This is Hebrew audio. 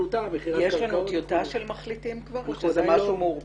יש לנו כבר טיוטה של מחליטים או שזה משהו מעורפל?